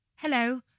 Hello